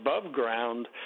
above-ground